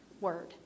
word